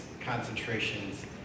concentrations